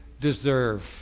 deserve